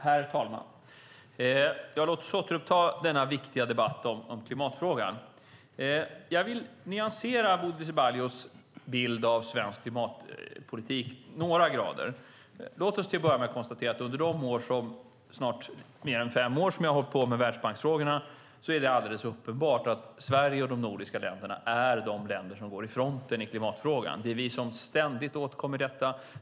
Herr talman! Låt oss återuppta denna viktiga debatt om klimatfrågan. Jag vill nyansera Bodil Ceballos bild av svensk klimatpolitik några grader. Låt oss till att börja med konstatera att under de snart mer än fem år som jag har hållit på med världsbanksfrågorna är det alldeles uppenbart att Sverige och de nordiska länderna är de länder som går i fronten i klimatfrågan. Det är vi som ständigt återkommer till den.